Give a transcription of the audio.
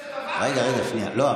שר שטוען שאין כזה דבר טרור יהודי.